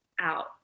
out